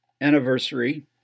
anniversary